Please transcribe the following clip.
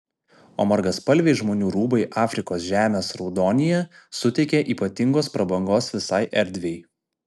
o margaspalviai žmonių rūbai afrikos žemės raudonyje suteikia ypatingos prabangos visai erdvei